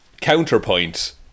counterpoint